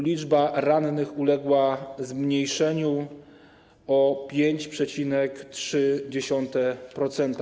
Liczba rannych uległa zmniejszeniu o 5,3%.